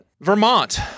Vermont